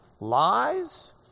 Lies